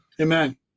Amen